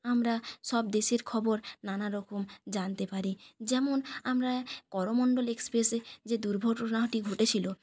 আমরা সব দেশের খবর নানা রকম জানতে পারি যেমন আমরা করমণ্ডল এক্সপ্রেসে যে দুর্ঘটনাটি ঘটেছিল